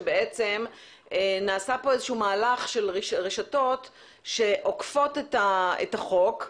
שנעשה פה מהלך של רשתות שעוקפות את החוק,